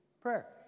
prayer